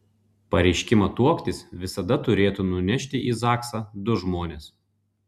pareiškimą tuoktis visada turėtų nunešti į zaksą du žmonės